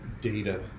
data